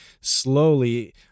slowly